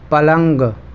پلنگ